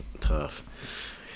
tough